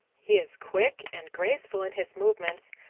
he is quick and graceful in his movements,